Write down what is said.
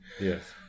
Yes